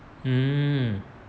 mm